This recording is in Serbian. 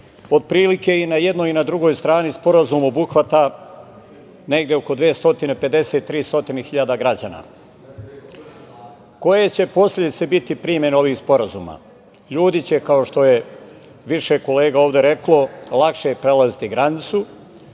Otprilike i na jednoj i na drugoj strani sporazum obuhvata negde oko 250, 300 hiljada građana. Koje će posledice biti primenom ovog sporazuma? Ljudi će, kao što je više kolega ovde reklo, lakše prelaziti granicu,